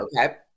Okay